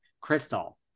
crystal